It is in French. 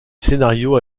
scénario